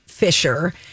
fisher